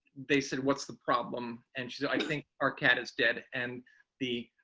they said what's the problem and she said i think our cat is dead. and the